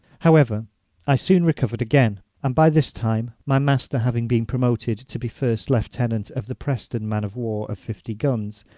however i soon recovered again and by this time my master having been promoted to be first lieutenant of the preston man of war of fifty guns,